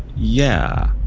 yeah